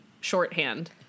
shorthand